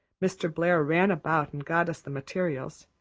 mr. blair ran about and got us the materials.